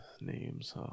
Names